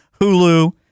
Hulu